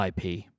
IP